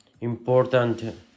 important